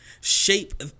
shape